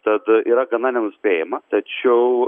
tad yra gana nenuspėjama tačiau